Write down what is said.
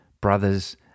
brothers